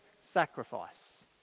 sacrifice